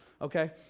okay